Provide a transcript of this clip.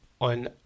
on